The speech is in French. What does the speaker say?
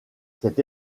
cette